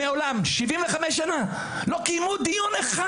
מעולם, 75 שנה לא קיימו דיון אחד